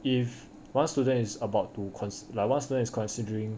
if one student is about to con like one student is considering